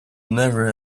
never